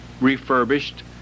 refurbished